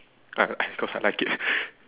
I I cause I like it